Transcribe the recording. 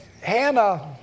Hannah